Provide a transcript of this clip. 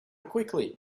quickly